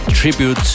tribute